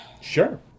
Sure